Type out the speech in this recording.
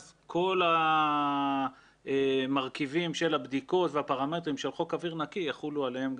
אז כל המרכיבים של הבדיקות והפרמטרים של חוק אוויר נקי יחולו גם עליהן,